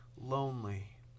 lonely